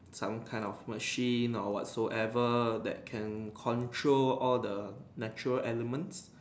some kind of a machine or whatsoever that can control all the natural element